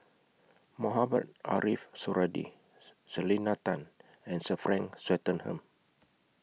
Mohamed Ariff Suradi Selena Tan and Sir Frank Swettenham